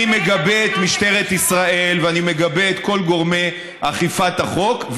אני מגבה את משטרת ישראל ואני מגבה את כל גורמי אכיפת החוק,